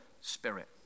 spirit